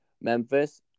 Memphis